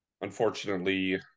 unfortunately